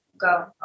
go